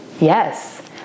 Yes